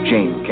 Jane